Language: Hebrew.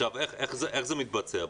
איך זה מתבצע?